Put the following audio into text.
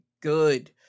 good